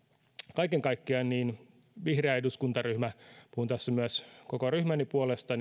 kaiken kaikkiaan vihreä eduskuntaryhmä puhun tässä myös koko ryhmäni puolesta